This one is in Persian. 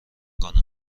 کنه